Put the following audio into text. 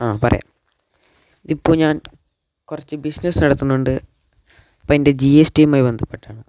ആ പറയാം ഇതിപ്പോൾ ഞാൻ കുറച്ച് ബിസിനസ്സ് നടത്തുന്നുണ്ട് അപ്പോൾ അതിൻ്റെ ജി എസ് ടിയുമായി ബന്ധപ്പെട്ടാണ്